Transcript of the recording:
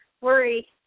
worry